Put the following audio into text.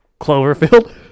Cloverfield